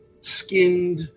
skinned